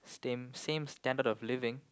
same same standard of living